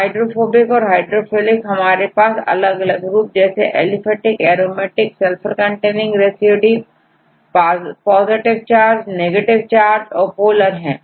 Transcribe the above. hydrophobic और hydrophilic हमारे पास अलग अलग रूप जैसे एलिफेटिक एरोमेटिक और sulphur containing residue positive charge negative charge और पोलरहै